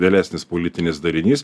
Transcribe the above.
vėlesnis politinis darinys